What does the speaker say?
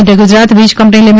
મધ્ય ગુજરાત વીજ કંપની લી